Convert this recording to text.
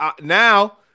now